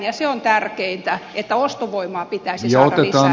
ja se on tärkeintä että ostovoimaa pitäisi saada lisää